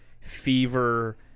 fever